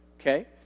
okay